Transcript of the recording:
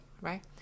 right